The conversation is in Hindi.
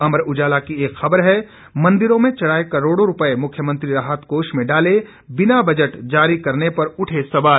अमर उजाला की एक खबर है मंदिरों में चढ़ाए करोड़ों रुपये मुख्यमंत्री राहत कोष में डाले बिना बजट जारी करने पर उठे सवाल